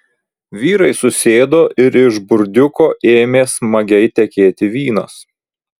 vyrai susėdo ir iš burdiuko ėmė smagiai tekėti vynas